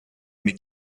mit